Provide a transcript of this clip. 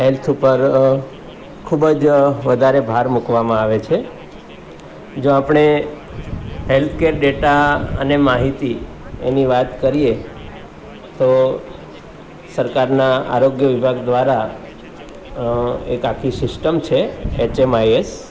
health ઉપર ખૂબ જ વધારે ભાર મૂકવામાં આવે છે જો આપણે હેલ્થકેર ડેટા અને માહિતી એની વાત કરીએ તો સરકારના આરોગ્ય વિભાગ દ્વારા એક આખી સિસ્ટમ છે એચ એમ આઇ એસ